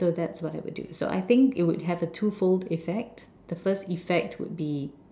so that's what I would do I think it would have a twofold effect the first effect would be